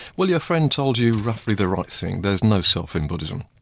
well, your friend told you roughly the right thing there's no self in buddhism.